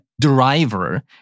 driver